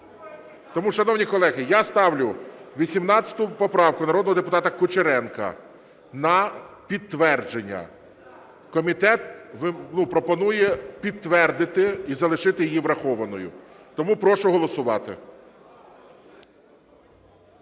Тому, шановні колеги, я ставлю 18 поправку народного депутата Кучеренка на підтвердження. Комітет пропонує підтвердити і залишити її врахованою. Тому прошу голосувати.